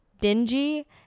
dingy